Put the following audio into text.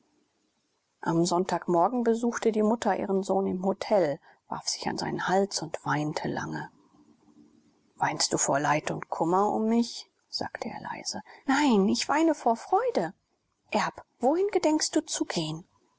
am sonntag morgen besuchte die mutter ihren sohn im hotel warf sich an seinen hals und weinte lange weinst du vor leid und kummer um mich sagte er leise nein ich weine vor freude erb wohin gedenkst du zu gehen